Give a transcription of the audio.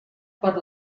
per